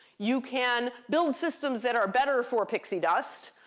you can build systems that are better for pixie dust,